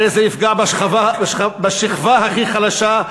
הרי זה יפגע בשכבה הכי חלשה,